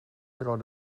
drar